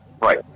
Right